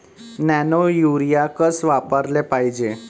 Nano urea कस वापराले पायजे?